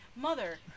Mother